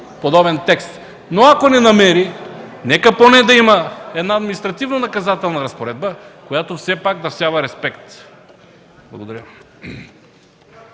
подобен текст. Но ако не намери, нека да има една административно-наказателна разпоредба, която все пак всява респект. Благодаря.